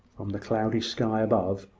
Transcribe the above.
from the cloudy sky above,